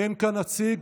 אין כאן נציג.